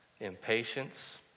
impatience